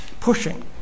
pushing